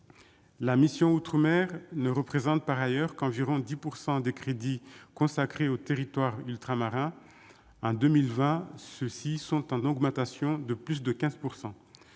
La mission « Outre-mer » ne représente par ailleurs qu'environ 10 % des crédits consacrés aux territoires ultramarins. En 2020, ceux-ci sont en augmentation de plus de 15 %.